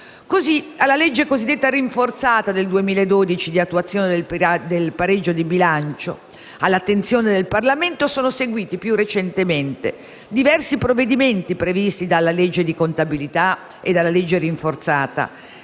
alla legge cosiddetta rinforzata del 2012 di attuazione del pareggio di bilancio, all'attenzione del Parlamento, si sono susseguiti più recentemente diversi provvedimenti previsti dalla legge di contabilità e dalla legge rinforzata